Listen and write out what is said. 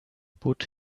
put